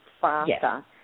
faster